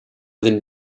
than